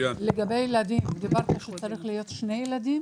לגבי ילדים, אמרת שצריכים להיות שני ילדים?